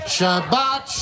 Shabbat